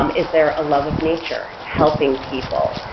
um is there a love of nature, helping people,